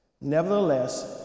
Nevertheless